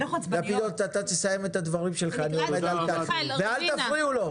לפידות, תסיים את הדברים שלך ואל תפריעו לו.